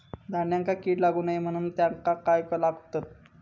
धान्यांका कीड लागू नये म्हणून त्याका काय लावतत?